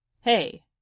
Hey